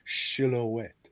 silhouette